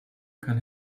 kann